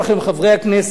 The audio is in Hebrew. חברי הכנסת,